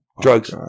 drugs